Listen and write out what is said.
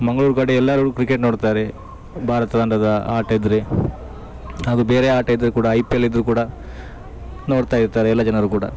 ಮಂಗಳೂರು ಕಡೆ ಎಲ್ಲರು ಕ್ರಿಕೆಟ್ ನೋಡ್ತಾರೆ ಭಾರತ ತಂಡದ ಆಟ ಇದ್ದರೆ ಅದು ಬೇರೆ ಆಟ ಇದ್ದರೆ ಕೂಡ ಐ ಪಿ ಎಲ್ ಇದ್ದರೂ ಕೂಡ ನೋಡ್ತಾ ಇರ್ತಾರೆ ಎಲ್ಲ ಜನರು ಕೂಡ